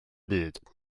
byd